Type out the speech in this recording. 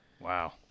wow